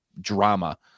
drama